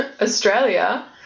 Australia